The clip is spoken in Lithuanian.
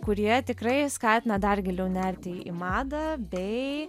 kurie tikrai skatina dar giliau nerti į madą bei